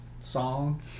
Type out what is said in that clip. song